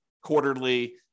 quarterly